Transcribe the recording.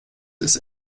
ist